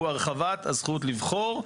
הוא הרחבת הזכות לבחור.